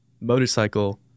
motorcycle